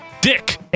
dick